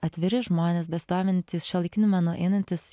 atviri žmonės besidomintys šiuolaikiniu menu einantys